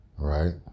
right